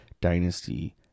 dynasty